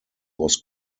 was